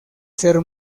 ser